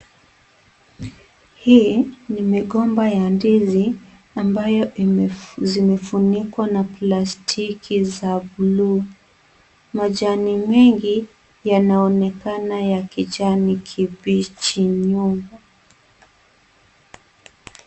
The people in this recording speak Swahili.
Hii ni migomba ya ndizi ambayo zimefunikwa na plastiki za bluu. Majani mengi yanaonekana ya kijani kibichi nyuma.